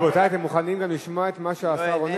אתם מוכנים גם לשמוע את מה שהשר עונה?